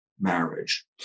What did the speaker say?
marriage